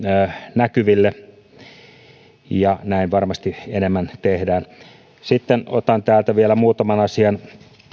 näkyville ja näin varmasti enemmän tehdään sitten otan täältä vielä muutaman asian